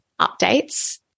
updates